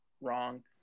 wrong